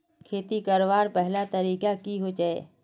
खेती करवार पहला तरीका की होचए?